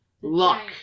Luck